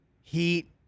heat